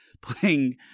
playing